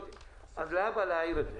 אז להבא להעיר את זה.